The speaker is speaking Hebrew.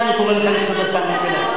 אני קורא אותך לסדר פעם ראשונה.